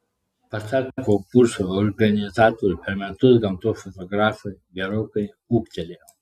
pasak konkurso organizatorių per metus gamtos fotografai gerokai ūgtelėjo